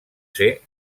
ser